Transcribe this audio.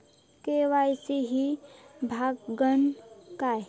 KYC ही भानगड काय?